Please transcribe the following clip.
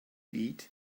eat